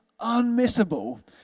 unmissable